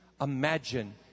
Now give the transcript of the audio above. imagine